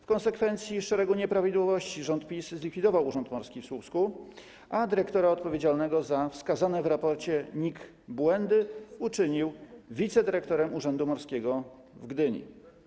W konsekwencji szeregu nieprawidłowości rząd PiS zlikwidował Urząd Morski w Słupsku, a dyrektora odpowiedzialnego za wskazane w raporcie NIK błędy uczynił wicedyrektorem Urzędu Morskiego w Gdyni.